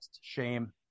shame